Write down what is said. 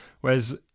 whereas